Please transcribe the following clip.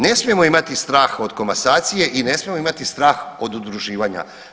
Ne smijem imati strah od komasacije i ne smijemo imati strah od udruživanja.